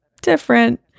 different